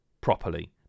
properly